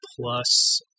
plus